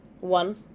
one